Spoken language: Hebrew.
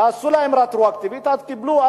ועשו להם רטרואקטיבית, אז קיבלו,